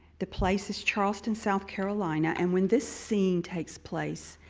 the place is charleston, south carolina and when this scene takes place,